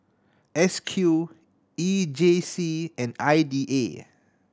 S Q E J C and I D A